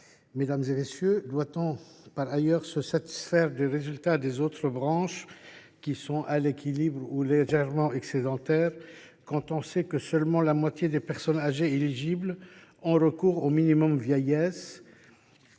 Mes chers collègues, doit on par ailleurs se satisfaire des résultats des autres branches, qui sont à l’équilibre ou légèrement excédentaires, quand on sait que la moitié seulement des personnes âgées éligibles ont recours au minimum vieillesse,